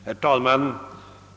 Herr talman!